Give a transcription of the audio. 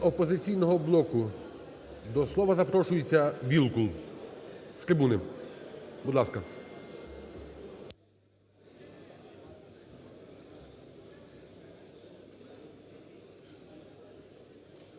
"Опозиційного блоку" до слова запрошується Вілкул з трибуни. Будь ласка.